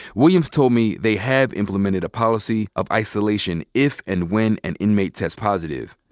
williams told me they had implemented a policy of isolation if and when an inmate tests positive.